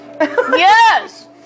Yes